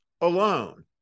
alone